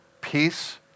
peace